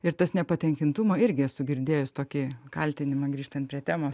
ir tas nepatenkintumo irgi esu girdėjus tokį kaltinimą grįžtant prie temos